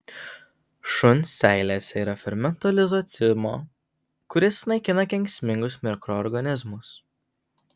šuns seilėse yra fermento lizocimo kuris naikina kenksmingus mikroorganizmus